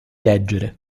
leggere